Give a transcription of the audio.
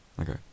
Okay